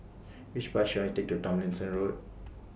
Which Bus should I Take to Tomlinson Road